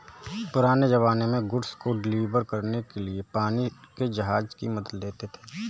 पुराने ज़माने में गुड्स को डिलीवर करने के लिए पानी के जहाज की मदद लेते थे